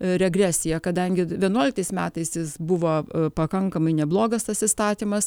regresiją kadangi vienuoliktais metais jis buvo pakankamai neblogas tas įstatymas